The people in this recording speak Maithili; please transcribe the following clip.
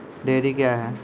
डेयरी क्या हैं?